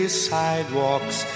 sidewalks